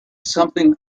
something